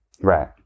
Right